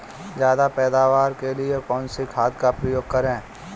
ज्यादा पैदावार के लिए कौन सी खाद का प्रयोग करें?